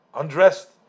undressed